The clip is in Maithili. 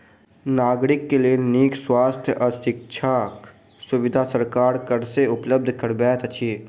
नागरिक के लेल नीक स्वास्थ्य आ शिक्षाक सुविधा सरकार कर से उपलब्ध करबैत अछि